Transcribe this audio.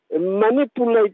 manipulate